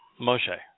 Moshe